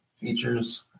features